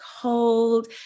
cold